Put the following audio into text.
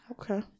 Okay